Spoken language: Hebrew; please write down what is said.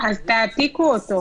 אז תעתיקו אותו.